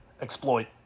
Exploit